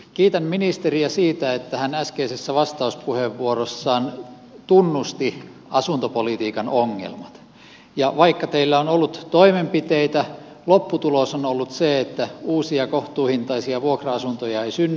kiitän ministeriä siitä että hän äskeisessä vastauspuheenvuorossaan tunnusti asuntopolitiikan ongelmat ja vaikka teillä on ollut toimenpiteitä lopputulos on ollut se että uusia kohtuuhintaisia vuokra asuntoja ei synny